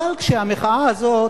אבל כשהמחאה הזאת